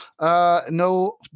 no